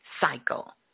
cycle